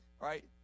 right